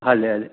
हले हले